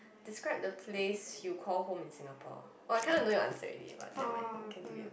describe the place you called home in Singapore oh I kinda know your answer ready but never mind you can do you